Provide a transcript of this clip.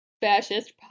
fascist